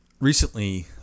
Recently